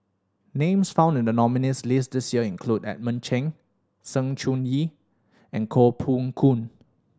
names found in the nominees' list this year include Edmund Cheng Sng Choon Yee and Koh Poh Koon